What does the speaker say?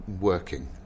working